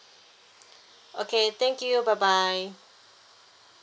okay thank you bye bye